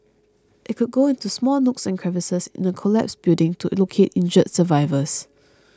it could go into small nooks and crevices in a collapsed building to locate injured survivors